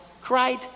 Cried